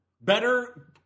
better